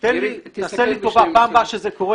פעם נוספת שזה קורה,